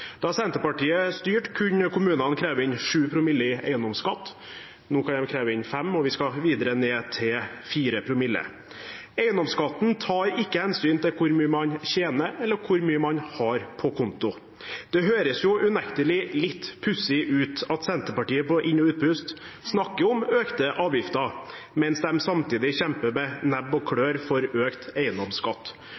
Da Senterpartiet styrte, kunne kommunene kreve inn 7 promille i eiendomsskatt. Nå kan de kreve inn 5 promille, og vi skal videre ned til 4 promille. Eiendomsskatten tar ikke hensyn til hvor mye man tjener, eller hvor mye man har på konto. Det høres unektelig litt pussig ut at Senterpartiet på inn- og utpust snakker om økte avgifter mens de samtidig kjemper med nebb og